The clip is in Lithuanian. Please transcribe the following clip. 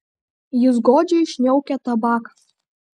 jis godžiai šniaukia tabaką